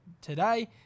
today